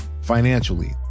financially